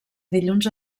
dilluns